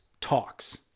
talks